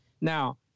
Now